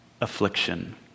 affliction